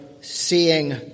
seeing